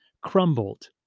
crumbled